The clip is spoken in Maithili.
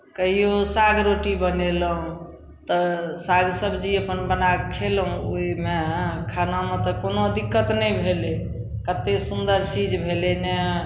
कहियो साग रोटी बनेलहुँ तऽ साग सबजी अपन बना कऽ खेलहुँ ओहिमे खानामे तऽ कोनो दिक्कत नहि भेलै कतेक सुन्दर चीज भेलै ने